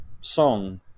song